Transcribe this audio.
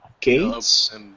gates